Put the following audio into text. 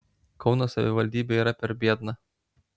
kauno savivaldybė yra per biedna